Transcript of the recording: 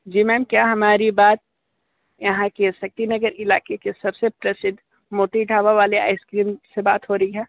जी ma'am क्या हमारी बात यहाँ के शक्ति नगर के इलाके के सबसे प्रसिद्ध मोती ढाबा वाले आइसक्रीम से बात हो रही है